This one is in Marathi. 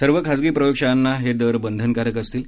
सर्व खाजगी प्रयोगशाळांना हे दर बंधनकारक असतील